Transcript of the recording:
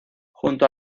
junto